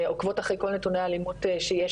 עוקבות אחרי כל נתוני האלימות שיש,